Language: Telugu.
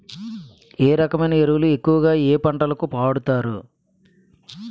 ఏ రకమైన ఎరువులు ఎక్కువుగా ఏ పంటలకు వాడతారు?